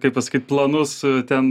kaip pasakyt planus ten